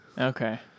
Okay